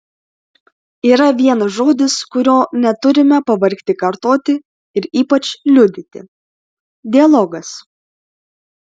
yra vienas žodis kurio neturime pavargti kartoti ir ypač liudyti dialogas